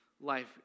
life